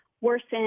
worsen